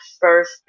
first